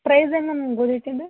prize ಹೆಂಗ ma'am ಗೋಧಿ ಹಿಟ್ಟಿದ್